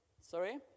Sorry